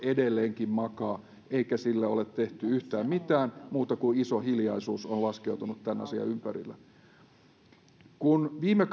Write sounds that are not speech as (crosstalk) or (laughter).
edelleenkin makaa eikä sille ole tehty yhtään mitään vaan iso hiljaisuus on laskeutunut tämän asian ympärille kun viime (unintelligible)